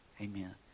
Amen